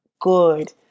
good